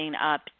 up